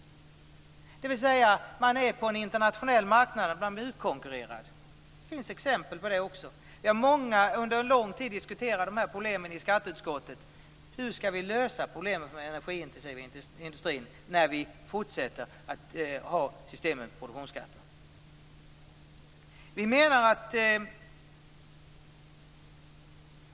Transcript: Man blir helt enkelt utkonkurrerad på en internationell marknad. Under en lång tid har vi diskuterat dessa frågor i skatteutskottet. Hur skall vi lösa problemet med den energiintensiva industrin om vi fortsätter att ha det här systemet med produktionsskatter?